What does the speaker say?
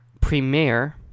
premiere